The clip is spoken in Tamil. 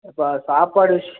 இப்போ சாப்பாடு விஷ்